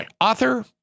author